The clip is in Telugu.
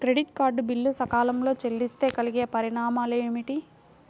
క్రెడిట్ కార్డ్ బిల్లు సకాలంలో చెల్లిస్తే కలిగే పరిణామాలేమిటి?